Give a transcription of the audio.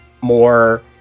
more